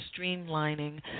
streamlining